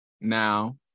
now